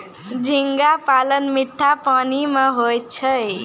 झींगा पालन मीठा पानी मे होय छै